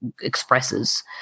expresses